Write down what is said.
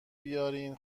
بیارین